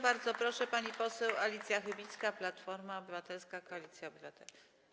Bardzo proszę, pani poseł Alicja Chybicka, Platforma Obywatelska - Koalicja Obywatelska.